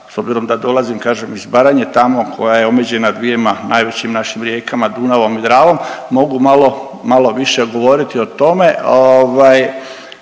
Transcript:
s obzirom da dolazim kažem iz Baranje tamo koja je omeđena dvjema najvećim našim rijekama Dunavom i Dravom mogu malo, malo više govoriti o tome,